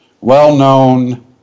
well-known